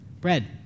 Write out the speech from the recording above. Bread